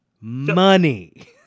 Money